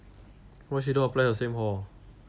why she don't apply the same hall